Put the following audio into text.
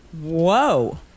Whoa